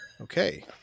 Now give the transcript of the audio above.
okay